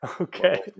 Okay